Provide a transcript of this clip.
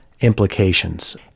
implications